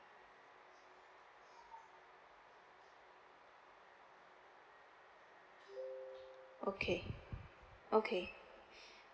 okay okay